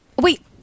wait